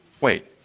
Wait